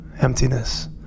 emptiness